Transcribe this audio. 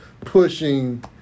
pushing